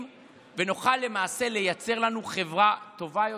ונוכל למעשה לייצר לנו חברה טובה יותר,